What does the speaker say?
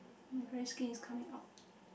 my dry skin is coming out